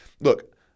look